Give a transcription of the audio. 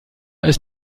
ist